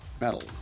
Metal